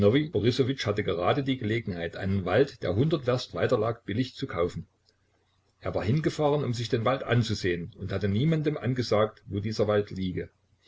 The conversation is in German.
hatte gerade die gelegenheit einen wald der hundert werst weiter lag billig zu kaufen er war hingefahren um sich den wald anzusehen und hatte niemandem angesagt wo dieser wald liege